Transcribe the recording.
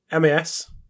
MAS